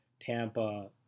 Tampa